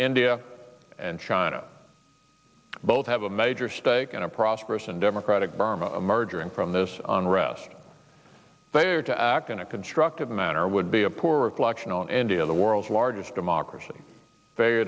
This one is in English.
india and china both have a major stake in a prosperous and democratic burma emerging from this unrest they are to act in a constructive manner would be a poor reflection on any of the world's largest democracy fai